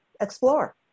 explore